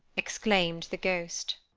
exclaimed the ghost.